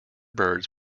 birds